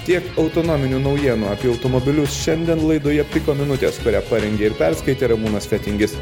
tiek autonominių naujienų apie automobilius šiandien laidoje piko minutės kurią parengė ir perskaitė ramūnas fetingis